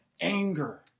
anger